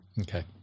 Okay